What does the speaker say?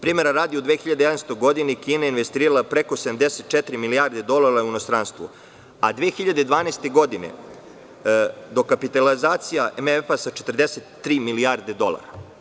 Primera radi, u 2011. godini Kina je investirala preko 74 milijarde dolara u inostranstvu, a 2012. godine dokapitalizacija MEF sa 43 milijarde dolara.